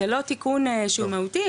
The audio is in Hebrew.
זה לא תיקון שהוא מהותי,